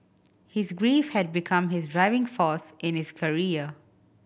his grief had become his driving force in his career